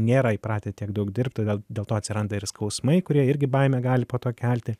nėra įpratę tiek daug dirbt todėl dėl to atsiranda ir skausmai kurie irgi baimę gali po to kelti